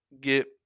get